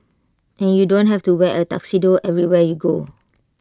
and you don't have to wear A tuxedo everywhere you go